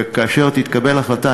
וכאשר תתקבל החלטה,